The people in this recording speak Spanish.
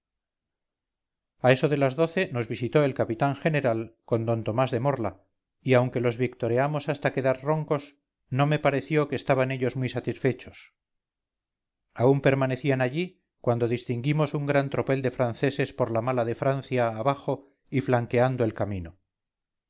a eso de las doce nos visitó el capitán general con d tomás de morla y aunque los victoreamos hasta quedar roncos no me pareció que estaban ellos muy satisfechos aún permanecían allí cuando distinguimos un gran tropel de franceses por la mala de francia abajo y flanqueando el camino